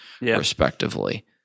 respectively